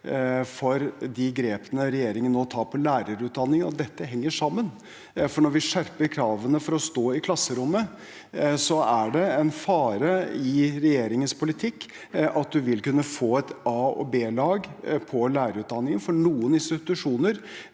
for de grepene regjeringen nå tar på lærerutdanningen, for dette henger sammen. Når vi skjerper kravene for å stå i klasserommet, er det med regjeringens politikk en fare for at man vil kunne få et a- og b-lag for lærerutdanning. For noen institusjoner